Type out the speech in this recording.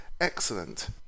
Excellent